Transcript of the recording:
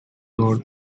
door